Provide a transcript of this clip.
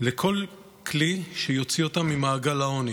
לכל כלי שיוציא אותם ממעגל העוני,